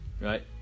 right